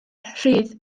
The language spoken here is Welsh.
rhydd